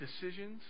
decisions